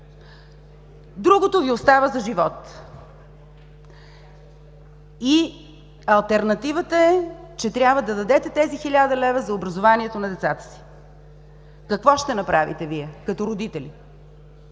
другото Ви остава за живот, и алтернативата е, че трябва да дадете тези 1000 лв. за образованието на децата си. Какво ще направите Вие, като родители?